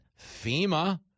FEMA